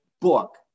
book